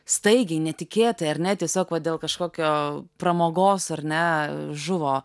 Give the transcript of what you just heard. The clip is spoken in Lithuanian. staigiai netikėtai ar ne tiesiog va dėl kažkokio pramogos ar ne žuvo